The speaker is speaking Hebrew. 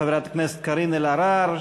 חברת הכנסת קארין אלהרר,